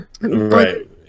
right